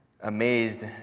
amazed